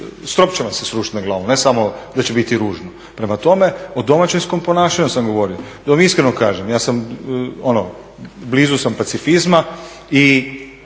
strop će vam se srušiti na glavu, ne samo da će biti ružno. Prema tome o domaćinskom ponašanju sam govorio. Da vam iskreno kažem, ja sam, blizu sam pacifizma i